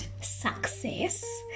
success